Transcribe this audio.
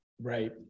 Right